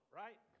right